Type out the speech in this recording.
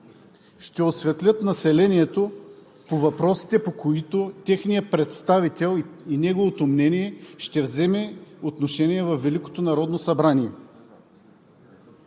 ще осветлят населението по въпросите, по които техният представител и неговото мнение ще вземе отношение във